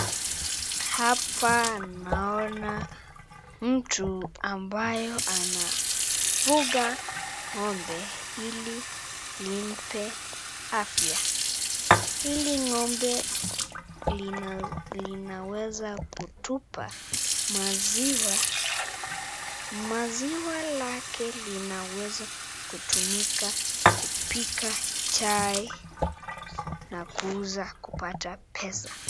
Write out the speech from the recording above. Hapa naona mtu ambayo anafunga Ng'ombe ili limpe afya. Hili Ng'ombe linaweza kutupa maziwa ,maziwa lake linaweza kutumika kupika chai na kuuza kupata pesa.